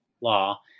law